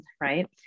right